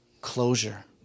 closure